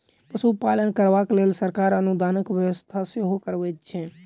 पशुपालन करबाक लेल सरकार अनुदानक व्यवस्था सेहो करबैत छै